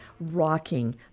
rocking